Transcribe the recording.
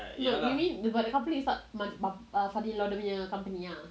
you mean but the company is not father in law dia punya company ah